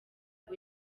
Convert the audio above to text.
ubu